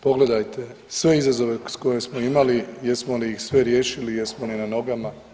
Pogledajte sve izazove koje smo imali jesmo li ih sve riješili, jesmo li na nogama?